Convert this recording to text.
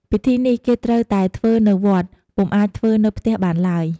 ពិធីនេះគេត្រូវតែ ធ្វើនៅវត្ត ពុំអាចធ្វើនៅផ្ទះបានឡើយ។